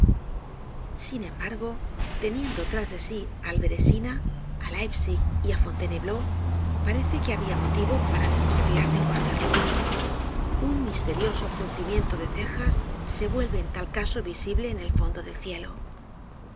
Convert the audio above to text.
sin embargo teniendo tras de sí al beresina á leipzig y á fontainebleau parece que habia motivo para desconfiar de waterlóo un misterioso fruncimiento de cejas se vuelve en tal caso visible en el fondo del cielo